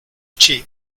cheap